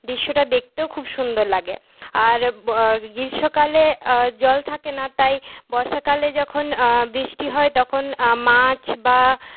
দৃশ্যটা দেখতেও খুব সুন্দর লাগে আর গ্রীষ্মকালে জল থাকে না তাই বর্ষাকালে যখন বৃষ্টি হয় তখন মাছ বা